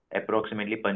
Approximately